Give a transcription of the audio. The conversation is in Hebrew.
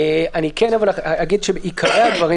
אני כן אחזור על עיקרי הדברים,